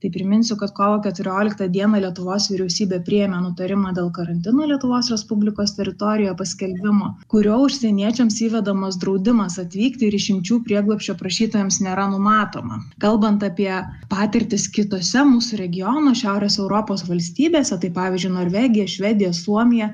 tai priminsiu kad kovo keturioliktą dieną lietuvos vyriausybė priėmė nutarimą dėl karantino lietuvos respublikos teritorijoje paskelbimo kuriuo užsieniečiams įvedamas draudimas atvykti ir išimčių prieglobsčio prašytojams nėra numatoma kalbant apie patirtis kitose mūsų regiono šiaurės europos valstybėse tai pavyzdžiui norvegija švedija suomija